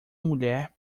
mulher